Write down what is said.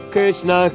Krishna